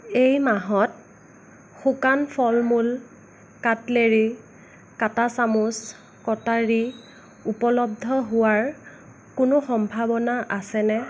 এই মাহত শুকান ফল মূল কাটলেৰী কাটা চামুচ কটাৰী উপলব্ধ হোৱাৰ কোনো সম্ভাৱনা আছেনে